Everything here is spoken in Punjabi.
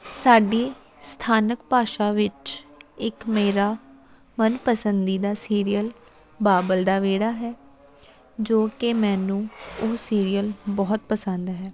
ਸਾਡੀ ਸਥਾਨਕ ਭਾਸ਼ਾ ਵਿੱਚ ਇੱਕ ਮੇਰਾ ਮਨਪਸੰਦੀਦਾ ਸੀਰੀਅਲ ਬਾਬਲ ਦਾ ਵਿਹੜਾ ਹੈ ਜੋ ਕਿ ਮੈਨੂੰ ਉਹ ਸੀਰੀਅਲ ਬਹੁਤ ਪਸੰਦ ਹੈ